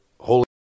holy